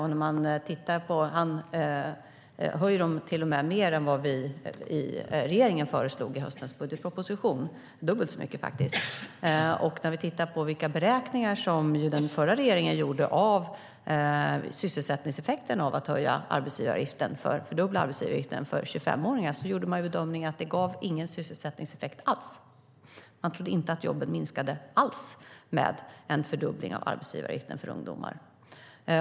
Han höjer dem till och med mer än vad vi i regeringen förslog i höstens budgetproposition, dubbelt så mycket faktiskt. När vi tittar på de beräkningar som den förra regeringen gjorde av sysselsättningseffekten av att fördubbla arbetsgivaravgiften för 25-åringar bedömde man att det inte gav någon sysselsättningseffekt alls. Man trodde inte att jobben skulle minska genom en fördubbling av arbetsgivaravgiften för ungdomar.